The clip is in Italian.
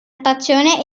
stazione